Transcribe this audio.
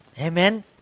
Amen